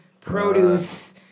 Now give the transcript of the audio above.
produce